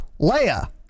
Leia